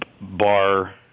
bar